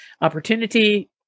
opportunity